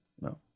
No